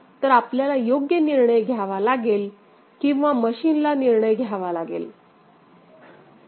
तर आपल्याला योग्य निर्णय घ्यावा लागेल किंवा मशीनला निर्णय घ्यावा लागेल